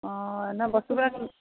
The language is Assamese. অঁ নহয় বস্তুবিলাক